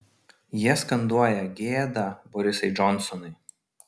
jie skanduoja gėda borisai džonsonai